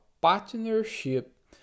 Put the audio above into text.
partnership